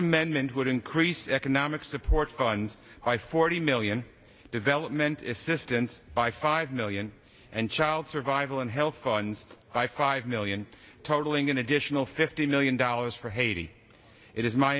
amendment would increase economic support funds by forty million development assistance by five million and child survival and health funds by five million totaling an additional fifty million dollars for haiti it is my